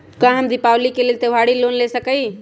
का हम दीपावली के लेल त्योहारी लोन ले सकई?